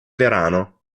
verano